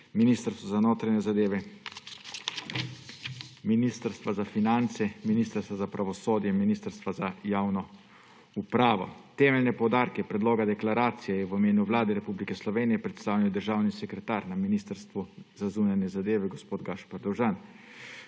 Ministrstva za notranje zadeve, Ministrstva za finance, Ministrstva za pravosodje in Ministrstva za javno upravo. Temeljne poudarke predloga deklaracije je v imenu Vlade Republike Slovenije predstavil državni sekretar Ministrstva za zunanje zadeve gospod Gašper Dovžan.